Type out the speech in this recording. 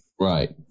right